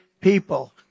people